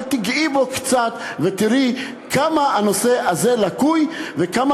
אבל תיגעי בו קצת ותראי כמה הנושא הזה לקוי וכמה